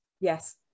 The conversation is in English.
yes